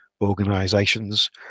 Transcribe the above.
organizations